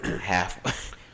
half